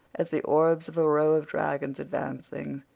as the orbs of a row of dragons advancing.